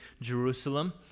Jerusalem